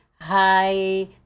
hi